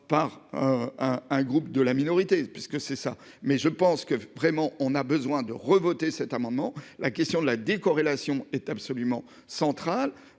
Un, un groupe de la minorité puisque c'est ça mais je pense que vraiment on a besoin de revoter cet amendement. La question de la décorrélation est absolument centrale.